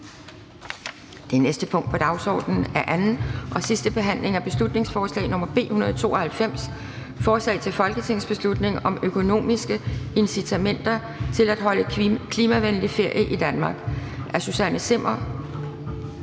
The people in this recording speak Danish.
Det næste punkt på dagsordenen er: 38) 2. (sidste) behandling af beslutningsforslag nr. B 192: Forslag til folketingsbeslutning om økonomiske incitamenter til at holde klimavenlig ferie i Danmark. Af Susanne Zimmer